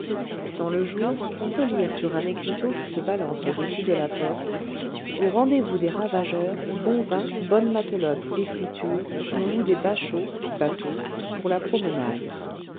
dans le jour on peut lire sur un écriteau qui se balance au-dessus de la porte au rendez-vous des ravageurs bon vin bonne matelote et friture on loue des bachots bateaux pour la promenade